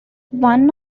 one